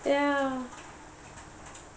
ya